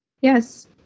yes